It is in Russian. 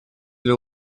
для